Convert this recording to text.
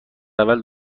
اول